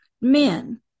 Men